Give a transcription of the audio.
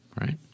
Right